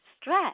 stress